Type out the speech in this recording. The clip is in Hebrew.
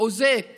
אוזק